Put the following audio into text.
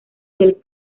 del